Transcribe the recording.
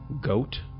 goat